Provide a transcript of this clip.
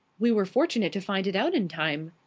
we were fortunate to find it out in time.